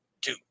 two